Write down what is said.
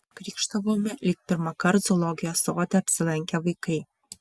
krykštavome lyg pirmąkart zoologijos sode apsilankę vaikai